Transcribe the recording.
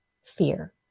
fear